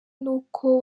nuko